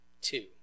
two